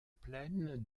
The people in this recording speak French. plaine